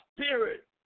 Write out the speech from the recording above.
Spirit